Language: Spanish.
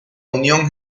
unión